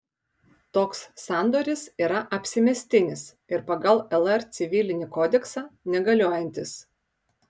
toks sandoris yra apsimestinis ir pagal lr civilinį kodeksą negaliojantis